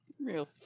Real